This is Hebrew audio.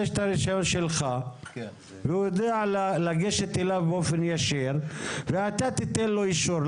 הרישיון שלך והוא יודע לגשת אליו באופן ישיר ואתה תיתן לו אישור.